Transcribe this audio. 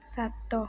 ସାତ